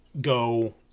go